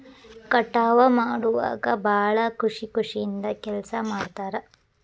ಕಟಾವ ಮಾಡುವಾಗ ಭಾಳ ಖುಷಿ ಖುಷಿಯಿಂದ ಕೆಲಸಾ ಮಾಡ್ತಾರ